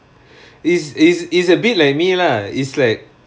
is is is a bit like me lah is like